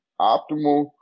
optimal